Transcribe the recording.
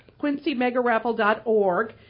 QuincyMegaRaffle.org